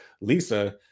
Lisa